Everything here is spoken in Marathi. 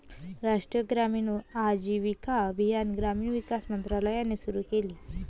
राष्ट्रीय ग्रामीण आजीविका अभियान ग्रामीण विकास मंत्रालयाने सुरू केले